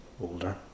older